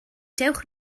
dewch